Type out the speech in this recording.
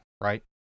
right